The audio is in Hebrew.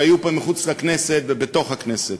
שהיו פה מחוץ לכנסת ובתוך הכנסת,